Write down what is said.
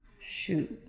Shoot